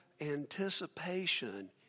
anticipation